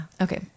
Okay